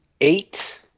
eight